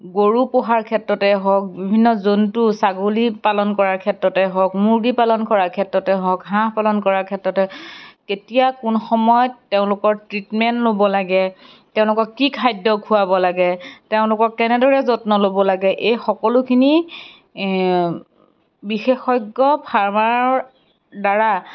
গৰু পোহাৰ ক্ষেত্ৰতেই হওঁক বিভিন্ন জন্তু ছাগলী পালন কৰাৰ ক্ষেত্ৰতেই হওঁক মুৰ্গী পালন কৰাৰ ক্ষেত্ৰতেই হওঁক হাঁহ পালন কৰাৰ ক্ষেত্ৰতেই কেতিয়া কোন সময়ত তেওঁলোকৰ ট্ৰিটমেণ্ট ল'ব লাগে তেওঁলোকক কি খাদ্য খুৱাব লাগে তেওঁলোকক কেনেদৰে যত্ন ল'ব লাগে এই সকলোখিনি বিশেষজ্ঞ ফাৰ্মাৰৰদ্বাৰা